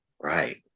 right